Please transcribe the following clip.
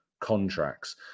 contracts